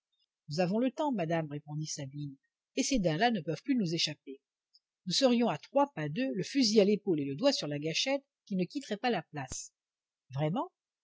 nous avons le temps madame répondit sabine et ces daims là ne peuvent plus nous échapper nous serions à trois pas d'eux le fusil à l'épaule et le doigt sur la gâchette qu'ils ne quitteraient pas la place vraiment